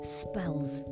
spells